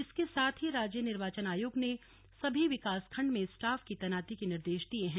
इसके साथ ही राज्य निर्वाचन आयोग ने सभी विकास खंड में स्टाफ की तैनाती के निर्देश दिये हैं